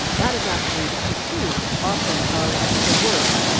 that is actually the critique often of the work.